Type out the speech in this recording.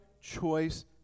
choice